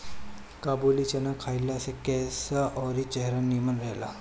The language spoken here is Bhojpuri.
काबुली चाना खइला से केस अउरी चेहरा निमन रहेला